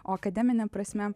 o akademine prasme